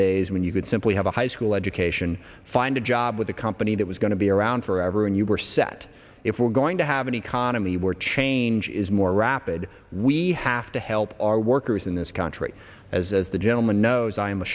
days when you could simply have a high school education find a job with a company that was going to be around forever and you were set if we're going to have an economy where change is more rapid we have to help our workers in this country as as the gentleman knows i am a